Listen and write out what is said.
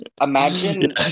Imagine